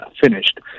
finished